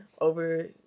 over